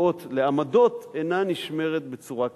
דעות לעמדות אינה נשמרת בצורה קפדנית.